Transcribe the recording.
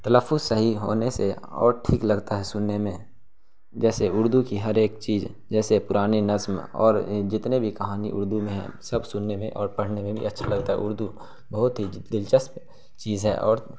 تلفظ صحیح ہونے سے اور ٹھیک لگتا ہے سننے میں جیسے اردو کی ہر ایک چیز جیسے پرانی نظم اور جتنے بھی کہانی اردو میں ہیں سب سننے میں اور پڑھنے میں بھی اچھا لگتا ہے اردو بہت ہی دلچسپ چیز ہے اور